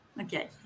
okay